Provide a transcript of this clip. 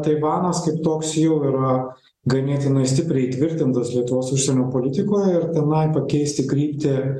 taivanas kaip toks jau yra ganėtinai stipriai įtvirtintas lietuvos užsienio politikoje ir tenai pakeisti kryptį